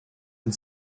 and